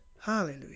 Hallelujah